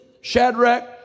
Shadrach